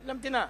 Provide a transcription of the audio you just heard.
למדינה.